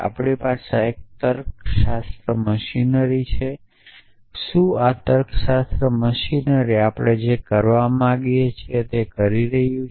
આપણી પાસે એક તર્કશાસ્ત્ર મશીનરી છે શું આ તર્કશાસ્ત્ર મશીનરી આપણે જે કરવા માંગી છીયે તે કરી રહ્યું છે